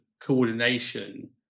coordination